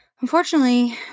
unfortunately